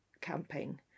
camping